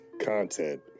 content